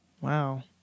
Wow